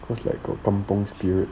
cause like got kampung spirit